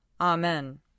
Amen